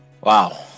Wow